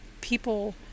people